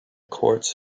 courts